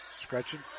Scratching